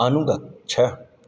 अनुगच्छ